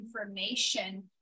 information